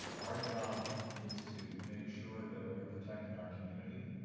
our job is to make sure that we are protecting our community.